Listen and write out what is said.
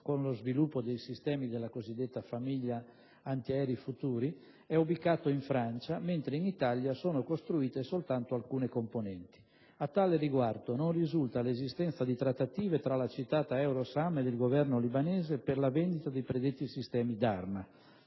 con lo sviluppo dei sistemi della cosiddetta Famiglia Antiaerei Futuri, è ubicata in Francia, mentre in Italia sono costruite soltanto alcune componenti. A tal riguardo, non risulta l'esistenza di trattative tra la citata EUROSAM ed il Governo libanese per la vendita dei predetti sistemi d'arma,